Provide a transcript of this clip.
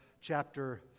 chapter